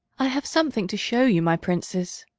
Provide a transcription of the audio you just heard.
i have something to show you, my princes.